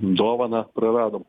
dovaną praradom